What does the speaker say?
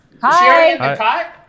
hi